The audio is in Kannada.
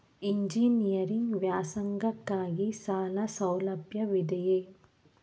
ಎಂಜಿನಿಯರಿಂಗ್ ವ್ಯಾಸಂಗಕ್ಕಾಗಿ ಸಾಲ ಸೌಲಭ್ಯವಿದೆಯೇ?